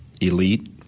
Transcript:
elite